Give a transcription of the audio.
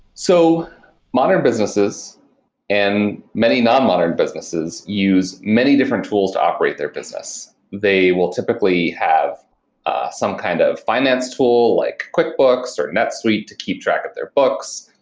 so modern businesses and many non-modern businesses use many different tools to operator their business. they will typically have some kind of finance tool, like quickbooks, or netsuite to keep track of their books.